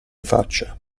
faccia